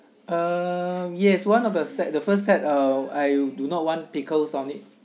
uh yes one of a set the first set uh I do not want pickles on it